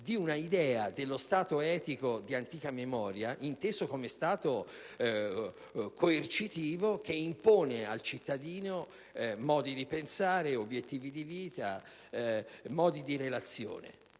di un'idea dello Stato etico di antica memoria, inteso come Stato coercitivo che impone al cittadino modi di pensare, obiettivi di vita, modi di relazione.